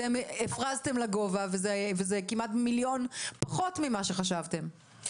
אתם הפרזתם לגובה וזה כמעט מיליון שקל פחות ממה שחשבתם.